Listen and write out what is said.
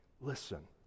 listen